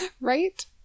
right